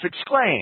exclaimed